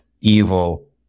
evil